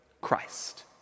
Christ